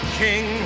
king